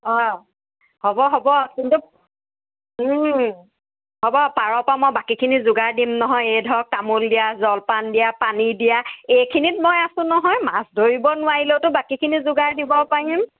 অঁ হ'ব হ'ব কিন্তু হ'ব পাৰৰ পৰাই মই বাকীখিনিৰ যোগাৰ দিম নহয় এই ধৰক তামোল দিয়া জলপান দিয়া পানী দিয়া এইখিনিত মই আছোঁ নহয় মাছ ধৰিব নোৱাৰিলেওতো বাকীখিনিৰ যোগাৰ দিব পাৰিম